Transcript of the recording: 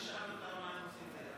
הסתייגות 17 נדחתה.